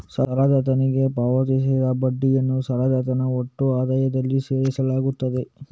ಸಾಲದಾತನಿಗೆ ಪಾವತಿಸಿದ ಬಡ್ಡಿಯನ್ನು ಸಾಲದಾತನ ಒಟ್ಟು ಆದಾಯದಲ್ಲಿ ಸೇರಿಸಲಾಗುತ್ತದೆ